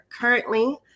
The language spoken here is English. Currently